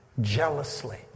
Jealously